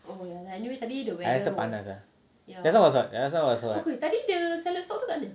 I rasa panas lah that's why I was that's why